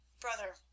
brother